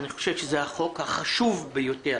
אני חושב שזה החוק החשוב ביותר